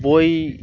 বই